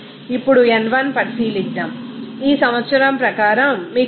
ఇప్పుడు n1 పరిశీలిద్దాం ఈ సంవత్సరం ప్రకారం మీకు మీకు తెలుసు